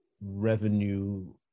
revenue